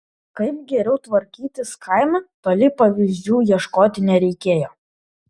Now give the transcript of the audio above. kaip geriau tvarkytis kaime toli pavyzdžių ieškoti nereikėjo